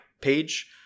page